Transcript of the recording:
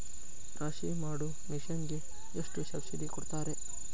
ರಾಶಿ ಮಾಡು ಮಿಷನ್ ಗೆ ಎಷ್ಟು ಸಬ್ಸಿಡಿ ಕೊಡ್ತಾರೆ?